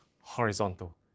horizontal